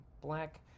black